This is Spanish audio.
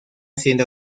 siendo